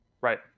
Right